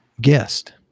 Guest